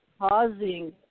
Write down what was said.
causing